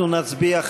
אנחנו נצביע,